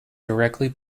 directly